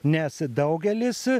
nes daugelis